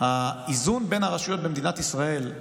האיזון בין הרשויות במדינת ישראל,